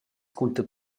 cunter